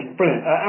Brilliant